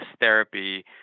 therapy